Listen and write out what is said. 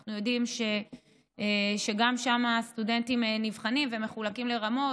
ואנחנו יודעים שגם שם הסטודנטים נבחנים ומחולקים לרמות,